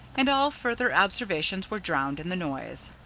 and all further observations were drowned in the noise.